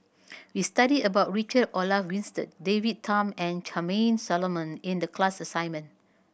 we studied about Richard Olaf Winstedt David Tham and Charmaine Solomon in the class assignment